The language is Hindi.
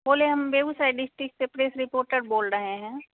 बोले हम बेगूसराय डिस्ट्रिक से प्रेस रिपोर्टर बोल रहें है